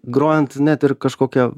grojant net ir kažkokio